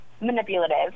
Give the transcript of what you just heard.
manipulative